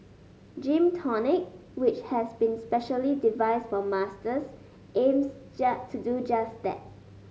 Gym Tonic which has been specially devised for Masters aims to do just that